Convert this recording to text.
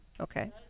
Okay